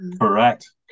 Correct